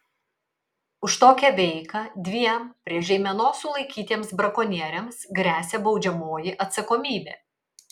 už tokią veiką dviem prie žeimenos sulaikytiems brakonieriams gresia baudžiamoji atsakomybė